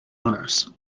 owners